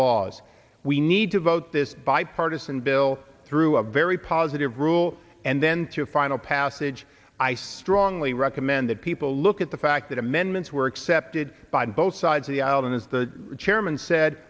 laws we need to vote this bipartisan bill through a very positive rule and then to a final passage i strongly recommend that people look at the fact that amendments were accepted by both sides of the aisle and is the chairman said